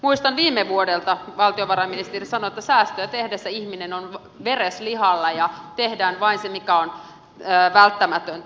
muistan viime vuodelta kuinka valtiovarainministeri sanoi että säästöjä tehdessä ihminen on vereslihalla ja tehdään vain se mikä on välttämätöntä